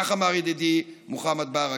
כך אמר ידידי מוחמד ברכה,